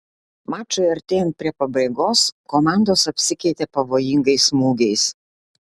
mačui artėjant prie pabaigos komandos apsikeitė pavojingais smūgiais